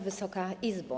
Wysoka Izbo!